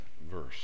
verse